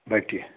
बैठिए